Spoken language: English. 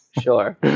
Sure